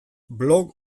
blog